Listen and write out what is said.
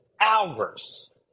hours